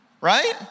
Right